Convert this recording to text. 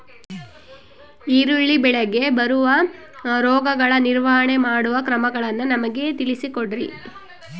ಈರುಳ್ಳಿ ಬೆಳೆಗೆ ಬರುವ ರೋಗಗಳ ನಿರ್ವಹಣೆ ಮಾಡುವ ಕ್ರಮಗಳನ್ನು ನಮಗೆ ತಿಳಿಸಿ ಕೊಡ್ರಿ?